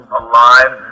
alive